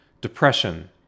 depression